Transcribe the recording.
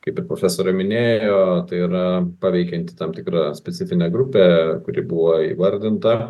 kaip ir profesorė minėjo tai yra paveikianti tam tikrą specifinę grupę kuri buvo įvardinta